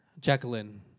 Jacqueline